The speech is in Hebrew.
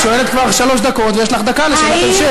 את שואלת כבר שלוש דקות, ויש לך דקה לשאלת המשך.